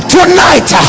Tonight